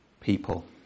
people